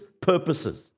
purposes